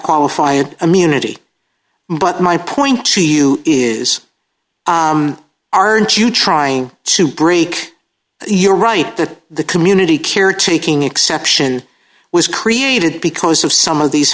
qualify an immunity but my point to you is aren't you trying to break you're right that the community care taking exception was created because of some of these